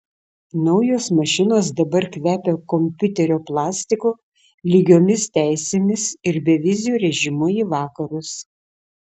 naujos mašinos dabar kvepia kompiuterio plastiku lygiomis teisėmis ir beviziu režimu į vakarus